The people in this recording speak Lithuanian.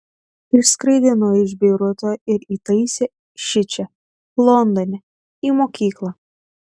išskraidino iš beiruto ir įtaisė šičia londone į mokyklą